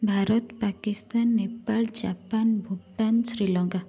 Bharat Pakistan Nepal Japan Bhutan Sri Lanka